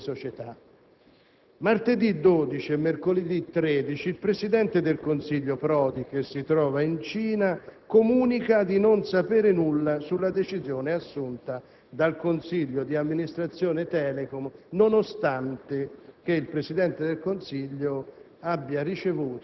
da Telecom la TIM creando due società. Martedì 12 e mercoledì 13 il presidente del Consiglio Prodi, che si trova in Cina, comunica di non sapere nulla sulla decisione assunta dal Consiglio di amministrazione Telecom nonostante